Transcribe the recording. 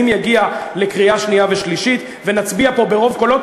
אם יגיע לקריאה שנייה ושלישית ונצביע פה ברוב קולות,